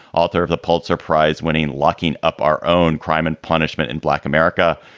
author of the pulitzer prize winning locking up our own crime and punishment in black america.